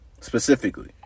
specifically